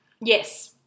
Yes